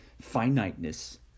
finiteness